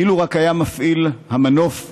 אילו רק היה מפעיל המנוף מיומן,